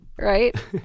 Right